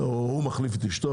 או שהוא מחליף את אשתו,